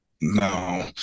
no